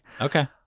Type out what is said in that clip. Okay